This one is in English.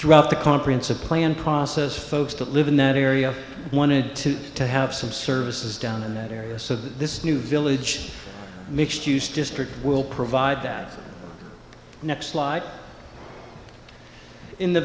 throughout the comprehensive plan process folks that live in that area wanted to to have some services down in that area so this new village mixed use district will provide that next slide in the